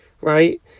right